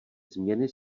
změny